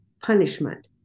punishment